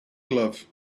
glove